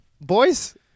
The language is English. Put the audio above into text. boys